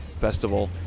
festival